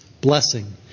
blessing